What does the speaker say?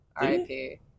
RIP